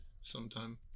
sometime